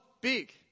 big